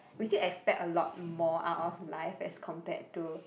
we still expect a lot more out of life as compared to